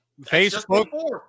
Facebook